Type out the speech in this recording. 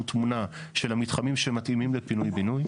תמונה של מתחמים שמתאימים לפינוי בינוי.